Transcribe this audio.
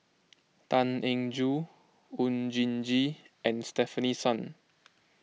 Tan Eng Joo Oon Jin Gee and Stefanie Sun